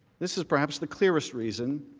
this is perhaps the clearest reason